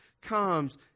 comes